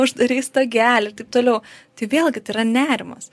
uždarei stogelį ir taip toliau tai vėlgi tai yra nerimas